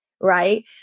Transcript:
right